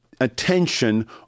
attention